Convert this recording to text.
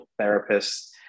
therapists